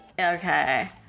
Okay